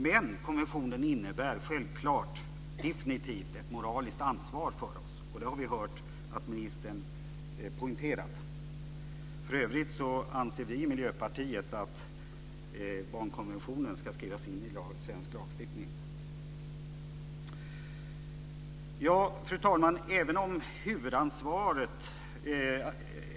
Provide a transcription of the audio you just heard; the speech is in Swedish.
Men konventionen innebär självklart definitivt ett moraliskt ansvar för oss, och det har vi hört att ministern poängterat. För övrigt anser vi i Miljöpartiet att barnkonventionen ska skrivas in i svensk lagstiftning. Fru talman!